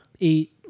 eight